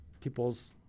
People's